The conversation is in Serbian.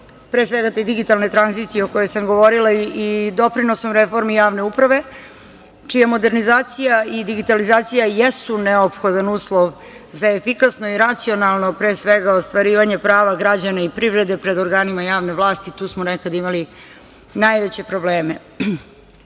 pre svega te digitalne tranzicije o kojoj sam govorila i doprinosom reformi javne uprave čija modernizacija i digitalizacija jesu neophodan uslov za efikasno i racionalno, pre svega, ostvarivanje prava građana i privrede pred organima javne vlasti. Tu smo nekad imali najveće probleme. Registar